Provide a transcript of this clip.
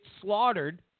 slaughtered